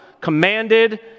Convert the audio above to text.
commanded